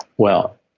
well,